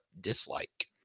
dislike